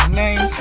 name